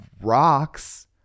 rocks